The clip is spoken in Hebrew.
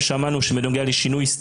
אני רוצה להודות לשרה על שיתוף